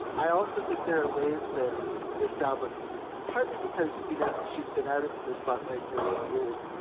i also think there are ways that this album, partly because, you know, she's been out of the spotlight for eight years.